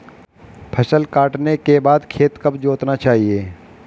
फसल काटने के बाद खेत कब जोतना चाहिये?